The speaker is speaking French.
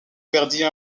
perdit